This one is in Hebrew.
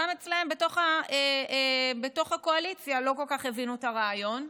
גם אצלכם בתוך הקואליציה לא כל כך הבינו את הרעיון,